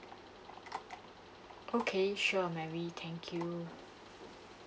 okay sure mary thank you